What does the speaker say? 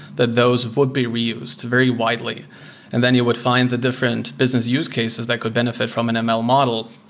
that those would be reused very widely and then you would find the different business use cases that could benefit from an and ml model.